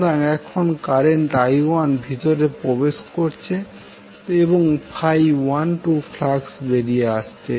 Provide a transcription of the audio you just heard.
সুতরাং এখানে current i1 ভিতরে প্রবেশ করছে এবং 12 ফ্লাস্ক বেরিয়ে আসছে